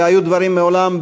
והיו דברים מעולם,